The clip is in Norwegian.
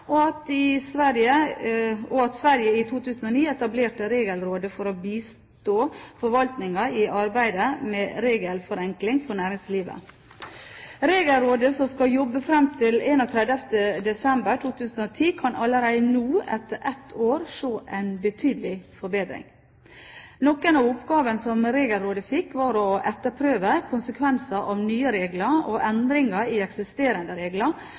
fenomen, og at Sverige i 2009 etablerte Regelrådet for å bistå forvaltningen i arbeidet med regelforenkling for næringslivet. Regelrådet, som skal jobbe fram til 31. desember 2010, kan allerede nå – etter ett år – se en betydelig forbedring. Noen av oppgavene som Regelrådet fikk, var å etterprøve konsekvenser av nye regler og endringer i eksisterende regler,